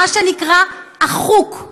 מה שנקרא אחוק.